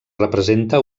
representa